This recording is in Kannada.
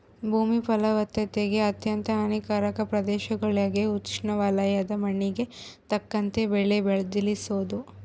ಭೂಮಿ ಫಲವತ್ತತೆಗೆ ಅತ್ಯಂತ ಹಾನಿಕಾರಕ ಪ್ರದೇಶಗುಳಾಗ ಉಷ್ಣವಲಯದ ಮಣ್ಣಿಗೆ ತಕ್ಕಂತೆ ಬೆಳೆ ಬದಲಿಸೋದು